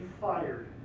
fired